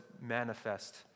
manifest